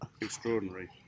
extraordinary